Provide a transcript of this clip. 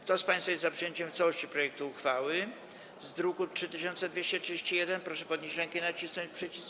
Kto z państwa jest za przyjęciem w całości projektu uchwały z druku nr 3231, proszę podnieść rękę i nacisnąć przycisk.